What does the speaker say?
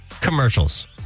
commercials